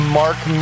mark